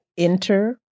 Enter